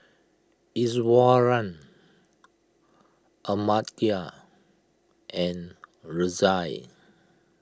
Iswaran Amartya and Razia